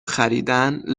خریدن